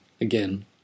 again